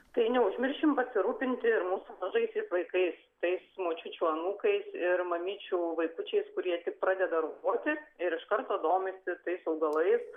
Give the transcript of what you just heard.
tai neužmiršim pasirūpinti ir mūsų mažaisiais vaikais tai su močiučių anūkais ir mamyčių vaikučiais kurie tik pradeda ropoti ir iš karto domisi tais augalais